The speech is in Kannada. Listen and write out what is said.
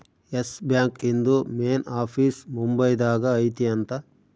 ಎಸ್ ಬ್ಯಾಂಕ್ ಇಂದು ಮೇನ್ ಆಫೀಸ್ ಮುಂಬೈ ದಾಗ ಐತಿ ಅಂತ